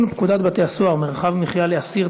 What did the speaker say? פקודת בתי-הסוהר (מרחב מחיה לאסיר),